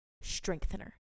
strengthener